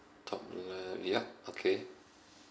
top left yup okay